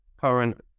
current